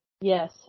Yes